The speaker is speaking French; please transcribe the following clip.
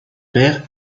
père